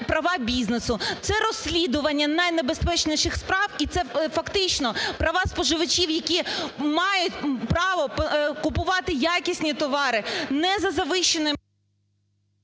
права бізнесу, це розслідування найнебезпечніших справ і це фактично права споживачів, які мають право купувати якісні товари, не за завищеними…